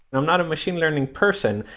i'm not a machine learning person,